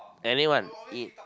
anyone it